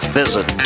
visit